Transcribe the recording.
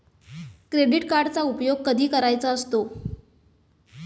Credit कार्डचा उपयोग कधी करायचा असतो?